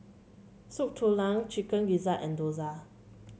Soup Tulang Chicken Gizzard and dosa